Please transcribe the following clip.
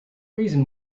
reason